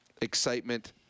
excitement